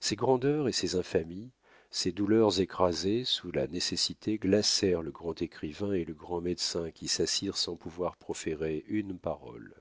ces grandeurs et ces infamies ces douleurs écrasées sous la nécessité glacèrent le grand écrivain et le grand médecin qui s'assirent sans pouvoir proférer une parole